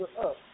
up